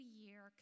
year